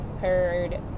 heard